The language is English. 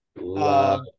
Love